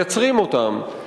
מייצרים אותם,